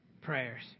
prayers